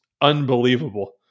unbelievable